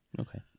Okay